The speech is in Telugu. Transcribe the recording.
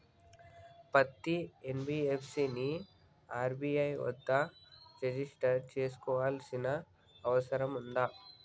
పత్తి ఎన్.బి.ఎఫ్.సి ని ఆర్.బి.ఐ వద్ద రిజిష్టర్ చేసుకోవాల్సిన అవసరం ఉందా?